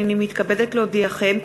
הנני מתכבדת להודיעכם,